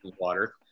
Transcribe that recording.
water